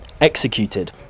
executed